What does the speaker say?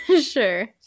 Sure